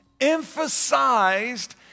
emphasized